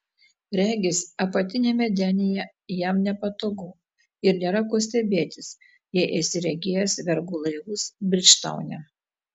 regis apatiniame denyje jam nepatogu ir nėra ko stebėtis jei esi regėjęs vergų laivus bridžtaune